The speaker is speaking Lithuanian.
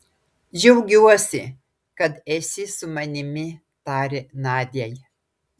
džiaugiuosi kad esi su manimi tarė nadiai